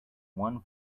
one